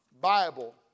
Bible